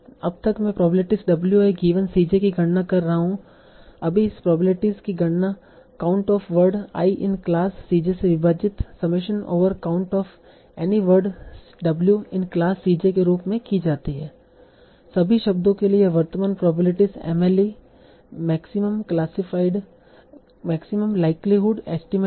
अब तक मैं probability w i given c j की गणना कर रहा हूं अभी इस प्रोबेबिलिटी की गणना count of word i in class c j से विभाजित summation over count of any word w in class c j के रूप में की जाती है सभी शब्दों के लिए यह वर्तमान probability MLE maximum likelihood estimate है